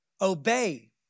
obey